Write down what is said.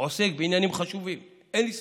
עוסק בעניינים חשובים, אין לי ספק,